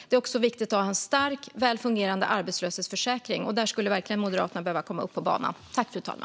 Det är också viktigt att ha en stark, väl fungerande arbetslöshetsförsäkring. Där skulle verkligen Moderaterna behöva komma upp på banan.